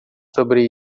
sobre